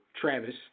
Travis